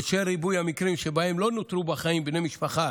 בשל ריבוי המקרים שבהם לא נותרו בחיים בני משפחה